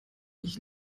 ich